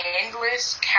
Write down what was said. endless